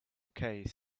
okay